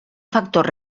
factor